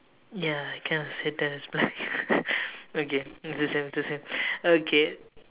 ya I kinda see that as black okay is the same is the same okay